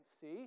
see